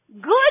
good